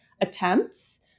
attempts